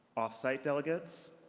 off-site delegates?